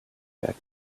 back